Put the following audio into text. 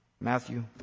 Matthew